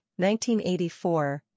1984